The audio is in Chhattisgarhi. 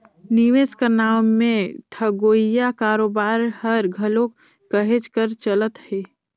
निवेस कर नांव में ठगोइया कारोबार हर घलो कहेच कर चलत हे